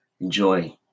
enjoy